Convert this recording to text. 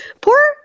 poor